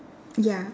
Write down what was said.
ya